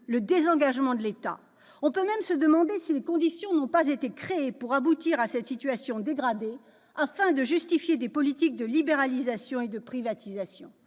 le désengagement de l'État. On peut même se demander si ces conditions n'ont pas été créées pour aboutir à cette situation dégradée, afin de justifier des politiques de libéralisation et de privatisation.